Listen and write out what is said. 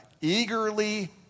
eagerly